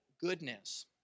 goodness